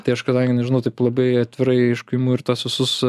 tai aš kadangi nežinau taip labai atvirai iš kaimų ir tuos visus